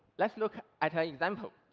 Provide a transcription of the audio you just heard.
let's look at an example.